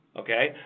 okay